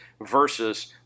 versus